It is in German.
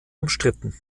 umstritten